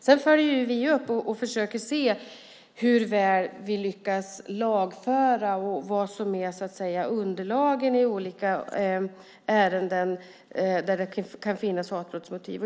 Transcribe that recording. Sedan följer vi upp och försöker se hur väl man lyckas lagföra och vad som är underlagen i olika ärenden där det kan finnas hatbrottsmotiv.